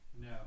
No